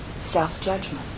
self-judgment